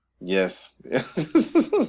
Yes